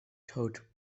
taught